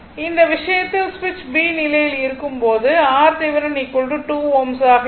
இந்த விஷயத்தில் சுவிட்ச் b நிலையில் இருக்கும்போது RThevenin 2 Ω ஆக இருக்கும்